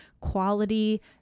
quality